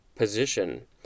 position